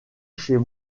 chez